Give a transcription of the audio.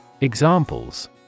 Examples